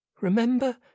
Remember